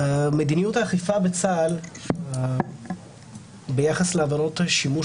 מדיניות האכיפה בצה"ל ביחס לעבירות השימוש